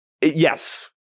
Yes